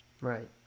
Right